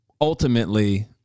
ultimately